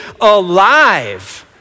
alive